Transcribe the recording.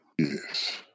Yes